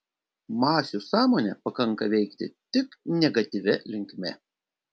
masių sąmonę pakanka veikti tik negatyvia linkme